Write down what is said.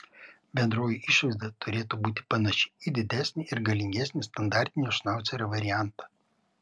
bendroji išvaizda turėtų būti panaši į didesnį ir galingesnį standartinio šnaucerio variantą